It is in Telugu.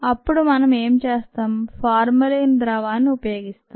అప్పుడు మనం ఏం చేస్తాం ఫార్మలిన్ ద్రావణాన్ని ఉపయోగిస్తాం